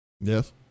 Yes